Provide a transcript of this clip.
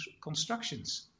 constructions